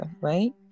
right